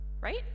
right